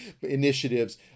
initiatives